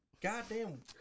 goddamn